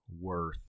worth